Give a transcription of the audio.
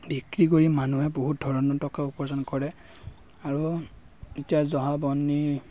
বিক্ৰী কৰি মানুহে বহুত ধৰণৰ টকা উপাৰ্জন কৰে আৰু এতিয়া জহা বন্নি